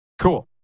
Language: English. Cool